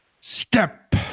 Step